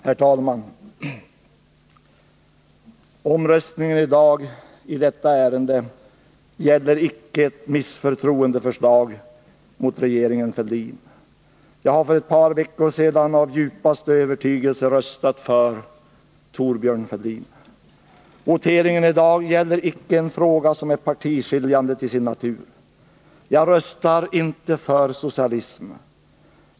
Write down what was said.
Herr talman! Omröstningen i dag i detta ärende gäller icke ett förslag om misstroendeförklaring mot regeringen Fälldin. Jag har för ett par veckor sedan av djupaste övertygelse röstat för Thorbjörn Fälldin. Voteringen i dag gäller icke en fråga som är partiskiljande till sin natur. Jag röstar inte för socialism.